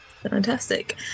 Fantastic